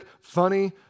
funny